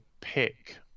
pick